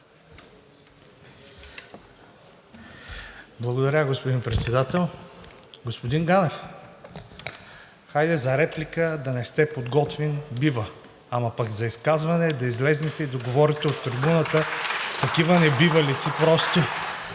Благодаря, господин Председател. Господин Ганев, хайде за реплика да не сте подготвен – бива, но за изказване да излезете и да говорите от трибуната такива небивалици – просто